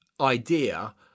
idea